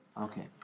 Okay